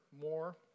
more